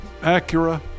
Acura